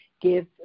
give